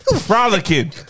Frolicking